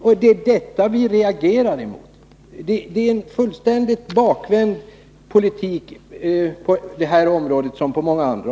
Det är detta som vi reagerar mot. Det är en fullständigt mm.m.